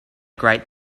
great